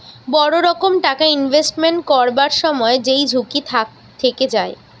বড় রকম টাকা ইনভেস্টমেন্ট করবার সময় যেই ঝুঁকি থেকে যায়